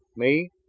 me?